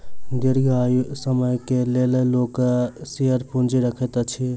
दीर्घ समय के लेल लोक शेयर पूंजी रखैत अछि